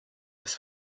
das